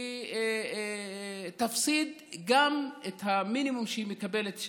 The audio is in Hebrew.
והיא תפסיד גם את המינימום שהיא מקבלת,